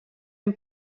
ben